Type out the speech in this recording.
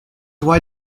why